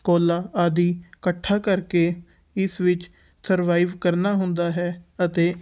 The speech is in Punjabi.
ਕੋਲਾ ਆਦਿ ਇਕੱਠਾ ਕਰਕੇ ਇਸ ਵਿੱਚ ਸਰਵਾਈਵ ਕਰਨਾ ਹੁੰਦਾ ਹੈ ਅਤੇ